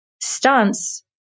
stunts